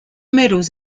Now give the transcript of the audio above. medals